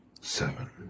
seven